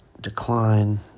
decline